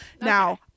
Now